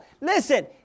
Listen